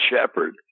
shepherd